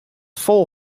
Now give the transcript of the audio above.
fol